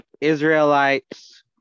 Israelites